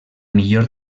millor